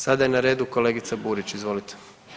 Sada je na redu kolegica Burić, izvolite.